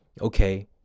okay